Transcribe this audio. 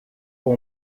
com